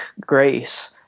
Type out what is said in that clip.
grace